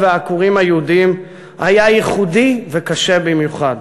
והעקורים היהודים היה ייחודי וקשה במיוחד.